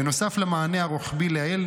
בנוסף למענה הרוחבי לעיל,